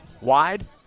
wide